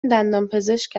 دندانپزشک